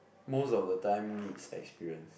most of the time needs experience